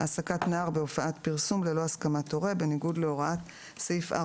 תיקון החוק להגברת האכיפה של